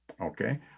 Okay